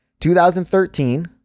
2013